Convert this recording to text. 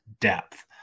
depth